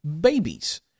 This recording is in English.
babies